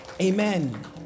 Amen